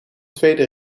tweede